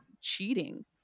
cheating